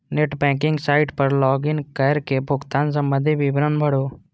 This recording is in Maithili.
नेट बैंकिंग साइट पर लॉग इन कैर के भुगतान संबंधी विवरण भरू